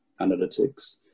analytics